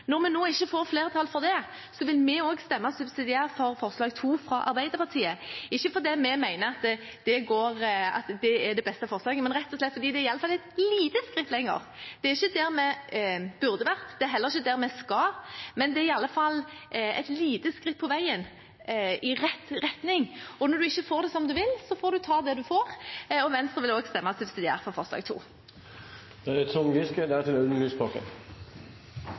Når vi nå ikke får flertall for det, vil også vi stemme subsidiært for forslag nr. 2, fra Arbeiderpartiet, ikke fordi vi mener at det er det beste forslaget, men rett og slett fordi det iallfall er et lite skritt lenger. Det er ikke der vi burde ha vært, og det er heller ikke dit vi skal, men det er iallfall et lite skritt på veien i rett retning. Når en ikke får det som en vil, får en ta det en får. Venstre vil stemme subsidiært for forslag nr. 2. Selvsagt har representanten Nybø rett i at det